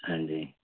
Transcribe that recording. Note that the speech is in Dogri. हां जी